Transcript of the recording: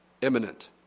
imminent